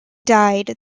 died